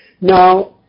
Now